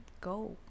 go